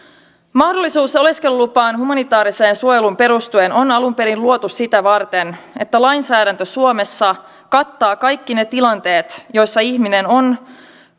mahdollisuus oleskelulupaan humanitaariseen suojeluun perustuen on alun perin luotu sitä varten että lainsäädäntö suomessa kattaa kaikki ne tilanteet joissa ihminen on